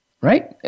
right